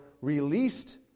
released